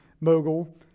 mogul